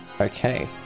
okay